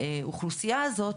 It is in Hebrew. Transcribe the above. האוכלוסייה הזאת,